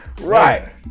Right